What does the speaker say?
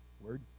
word